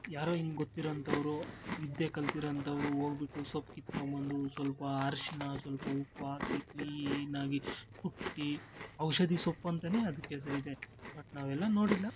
ಯಾರೋ ಹಿಂಗ್ ಗೊತ್ತಿರೋ ಅಂಥವ್ರು ವಿದ್ಯೆ ಕಲ್ತಿರೋ ಅಂಥವ್ರು ಹೋಗ್ಬಿಟ್ಟು ಸೊಪ್ಪು ಕಿತ್ಕೊಂಬಂದು ಸ್ವಲ್ಪ ಅರಿಶಿನ ಸ್ವಲ್ಪ ಉಪ್ಪು ಹಾಕಿ ಕ್ಲೀನಾಗಿ ಕುಟ್ಟಿ ಔಷಧಿ ಸೊಪ್ಪು ಅಂತನೇ ಅದಕ್ಕೆ ಹೆಸ್ರಿದೆ ಬಟ್ ನಾವೆಲ್ಲ ನೋಡಿಲ್ಲ